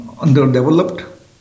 underdeveloped